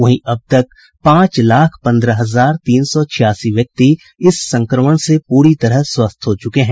वहीं अब तक पांच लाख पन्द्रह हजार तीन सौ छियासी व्यक्ति इस संक्रमण से पूरी तरह स्वस्थ हो चुके हैं